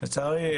לצערי,